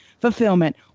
fulfillment